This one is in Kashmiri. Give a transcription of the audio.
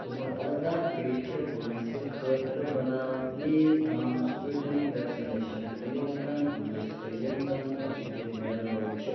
وُہُر اَرداہ پیٚٹھِ وٲنٛسہِ خٲطرٕ بناو پٕلیٖز تمام سِپیوٗٹِنِک وٮ۪کسِنیشَن کٕلِنِکَن ہُنٛد لسٹ یِم زَن پونٛسہٕ دِتھ مِلن وٲلۍ چھِ